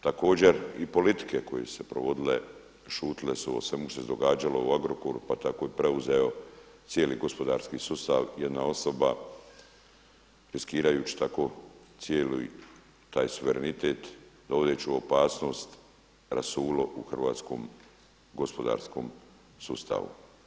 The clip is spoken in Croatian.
Također i politike koje su se provodile šutile su o svemu što se događalo u Agrokoru pa tako je preuzeo cijeli gospodarski sustav, jedna osoba riskirajući tako cijeli taj suverenitet, dovodeći u opasnost rasulo u hrvatskom gospodarskom sustavu.